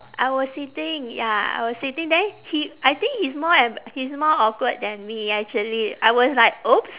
I was sitting ya I was sitting then he I think he's more em~ he's more awkward than me actually I was like !oops!